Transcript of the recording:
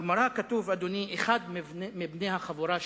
אדוני, בגמרא כתוב: אחד מבני החבורה שמת,